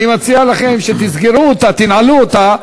אני מציע לכם שתסגרו אותה, תנעלו אותה.